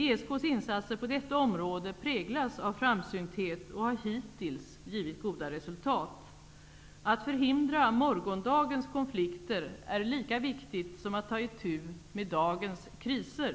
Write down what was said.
ESK:s insatser på detta område präglas av framsynthet och har hittills givit goda resultat. Att förhindra morgondagens konflikter är lika viktigt som att ta itu med dagens kriser.